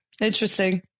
Interesting